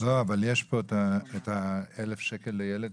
אבל יש פה אלף שקל לילד.